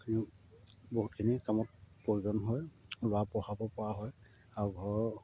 বহুতখিনি কামত প্ৰয়োজন হয় ল'ৰা পঢ়াব পৰা হয় আৰু ঘৰৰ